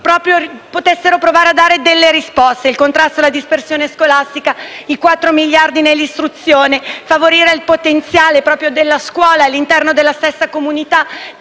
potessero dare delle risposte: il contrasto alla dispersione scolastica, i 4 miliardi nell'istruzione, favorire il potenziale della scuola all'interno della stessa comunità